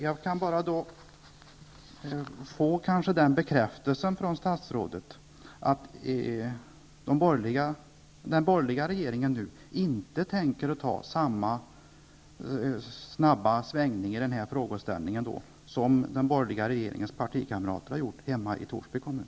Fru talman! Jag kan då kanske bara få den bekräftelsen från statsrådet, att den borgerliga regeringen inte tänker göra samma snabba svängning rörande den här frågeställningen som partikamraterna har gjort hemma i Torsby kommun.